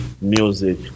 music